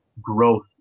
growth